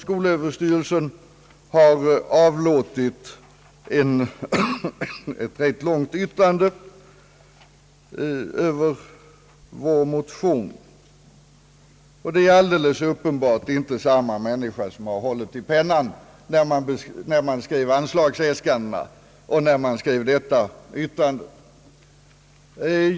Skolöverstyrelsen har avlåtit ett rätt långt yttrande över vår motion, och det är alldeles uppenbart inte samma person som hållit i pennan när man skrev anslagsäskandena och när man skrev detta yttrande.